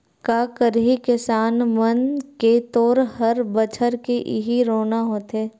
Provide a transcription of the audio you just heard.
का करही किसान मन के तो हर बछर के इहीं रोना होथे